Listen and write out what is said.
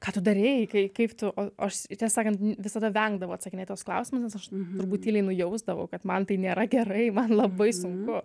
ką tu darei kai kaip tu o o aš tiesą sakant visada vengdavau atsakinėt į tuos klausimus aš turbūt tyliai nujausdavau kad man tai nėra gerai man labai sunku